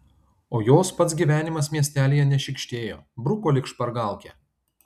o jos pats gyvenimas miestelyje nešykštėjo bruko lyg špargalkę